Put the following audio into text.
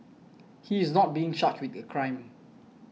he is not being charged with a crime